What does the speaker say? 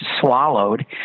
swallowed